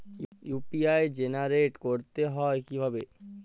UPI generate করতে হয় কিভাবে?